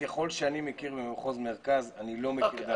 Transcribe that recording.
ככל שאני מכיר במחוז מרכז אני לא מכיר דבר כזה.